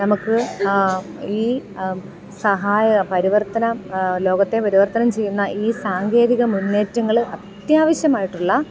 നമുക്ക് ഈ സഹായ പരിവർത്തനം ലോകത്തെ പരിവർത്തനം ചെയ്യുന്ന ഈ സാങ്കേതിക മുന്നേറ്റങ്ങൾ അത്യാവശ്യമായിട്ടുള്ള